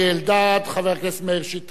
חבר הכנסת מאיר שטרית, בבקשה,